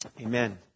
Amen